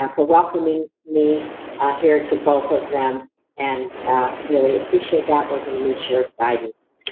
um for welcoming me here to both of them and really appreciate that, we're gonna miss your guidance.